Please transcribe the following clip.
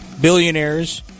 billionaires